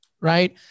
right